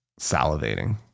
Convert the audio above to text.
salivating